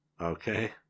okay